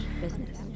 business